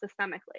systemically